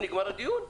נגמר הדין?